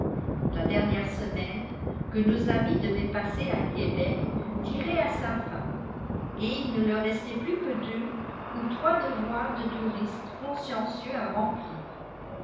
la dernière semaine que nos amis devaient passer à québec tirait à sa fin et il ne leur restait plus que deux ou trois devoirs de touristes consciencieux à remplir